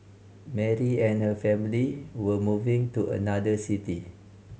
Mary and her family were moving to another city